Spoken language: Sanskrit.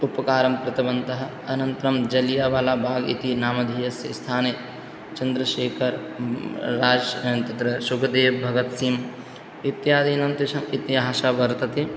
उपकारं कृतवन्तः अनन्तरं जलीयावाला बाग् इति नामधेयस्य स्थाने चन्द्रशेखर् राज् तत्र शुखदेव् भगत् सिङ्ग् इत्यादीनां तेषां इतिहासः वर्तते